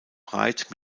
breit